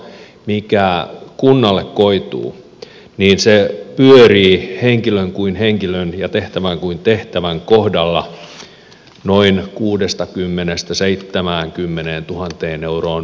mikään kunnalle koituu vitsejä harri henkilön kuin henkilön ja tehtävän kuin tehtävän kohdalla noin kuudestakymmenestä selittämään kymmeneen tuhanteen euroon